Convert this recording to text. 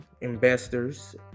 investors